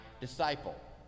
disciple